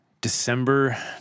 December